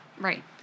Right